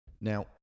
Now